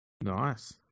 Nice